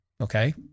okay